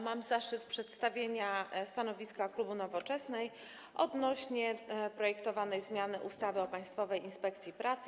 Mam zaszczyt przedstawić stanowisko klubu Nowoczesnej odnośnie do projektowanej zmiany ustawy o Państwowej Inspekcji Pracy.